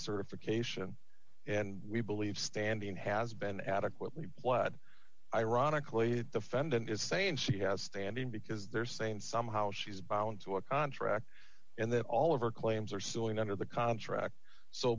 certification and we believe standing has been adequately ironically the fende and is saying she has standing because they're saying somehow she's bound to a contract and that all of her claims are silly under the contract so